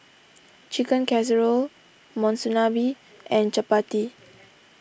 Chicken Casserole Monsunabe and Chapati